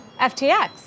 FTX